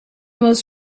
most